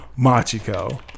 Machiko